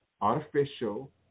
artificial